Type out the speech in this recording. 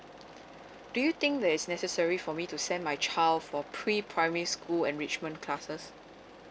do you think that is necessary for me to send my child for pre primary school enrichment classes